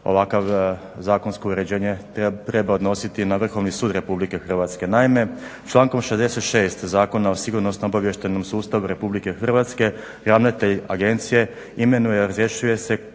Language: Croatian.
ovakvo zakonsko uređenje treba odnosi na Vrhovni sud Republike Hrvatske.